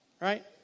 Right